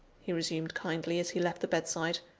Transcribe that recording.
he resumed kindly, as he left the bedside,